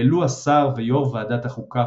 העלו השר ויו"ר ועדת החוקה,